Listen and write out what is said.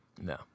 No